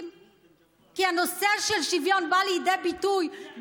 כי הקהל, העדה הדרוזית מחוברת אלינו בנימי נפשה.